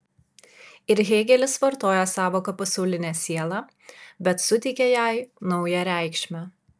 ir hėgelis vartoja sąvoką pasaulinė siela bet suteikia jai naują reikšmę